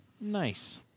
nice